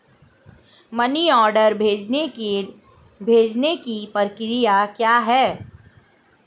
Money order भेजने की प्रक्रिया क्या है?